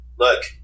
look